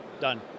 done